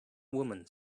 woman